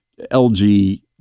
LG